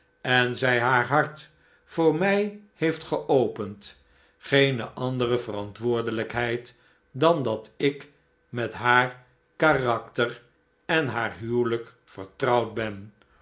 en zij haar hart voor mij heeft geopend geene andere verantwoordelijkheid dan dat ik met haar karakter en haar huwelijk vertrouwd ben